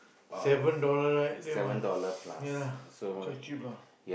seven dollar right that one ya lah cause cheap lah